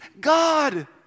God